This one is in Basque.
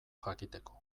jakiteko